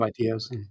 ideas